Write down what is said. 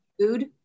food